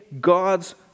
God's